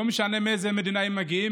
לא משנה מאיזו מדינה הם מגיעים,